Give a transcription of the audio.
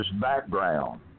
background